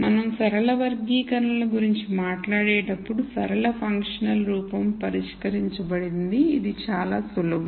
మనం సరళవర్గీకరణల గురించి మాట్లాడేటప్పుడు సరళ ఫంక్షనల్ రూపం పరిష్కరించబడింది ఇది చాలా సులభం